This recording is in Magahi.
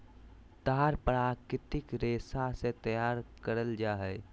तार प्राकृतिक रेशा से तैयार करल जा हइ